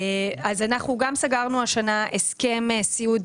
השנה סגרנו גם הסכם סיעוד,